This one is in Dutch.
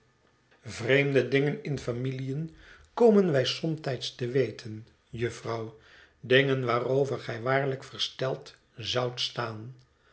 vreemde dingen in familiën komen wij somtijds te weten jufvrouw dingen waarover gij waarlijk versteld zoudt staan